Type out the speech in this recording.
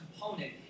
component